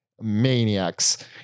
maniacs